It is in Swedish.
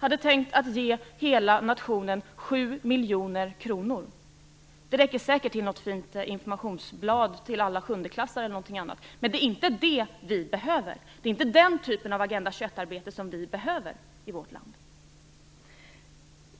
hade tänkt att ge hela nationen 7 miljoner kronor för Agenda 21-arbetet. Det räcker säkert till något fint informationsblad till alla sjundeklassare, men det är inte det vi behöver. Det är inte den typen av Agenda 21-arbete som vi behöver i vårt land.